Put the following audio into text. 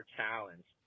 Challenge